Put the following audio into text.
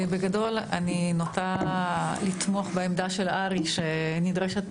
בגדול, אני נוטה לתמוך בעמדה של הר"י: נדרשת,